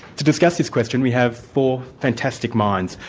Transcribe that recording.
to discuss this question we have four fantastic minds.